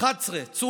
מה קורה